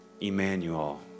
Emmanuel